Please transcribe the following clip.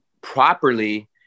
properly